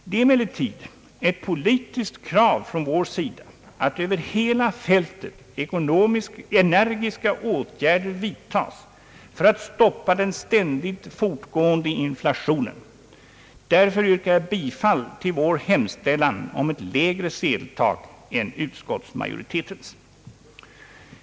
Det är emellertid ett politiskt krav från vår sida att över hela fältet energiska åtgärder vidtas för att stoppa den ständigt fortgående inflationen. Därför yrkar jag bifall till vår hemställan om ett lägre sedeltak än utskottsmajoritetens.